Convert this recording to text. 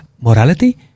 morality